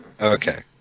Okay